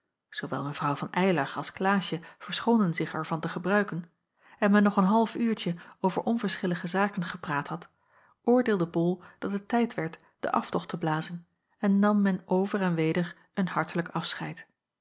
zoowel mw van eylar als klaasje verschoonden zich er van te gebruiken en men nog een half uurtje over onverschillige zaken gepraat had oordeelde bol dat het tijd werd den aftocht te blazen en nam men over en weder een hartelijk afscheid